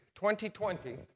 2020